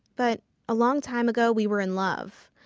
but a long time ago we were in love,